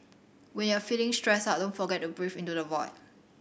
when you are feeling stressed out don't forget to breathe into the void